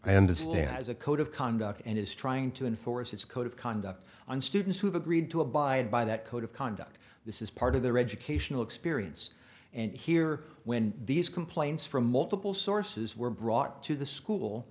i understand as a code of conduct and is trying to enforce its code of conduct on students who've agreed to abide by that code of conduct this is part of their educational experience and here when these complaints from multiple sources were brought to the school